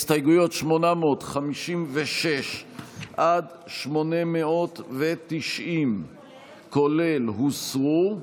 הסתייגויות 856 עד 890, כולל, הוסרו.